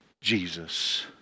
Jesus